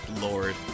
Lord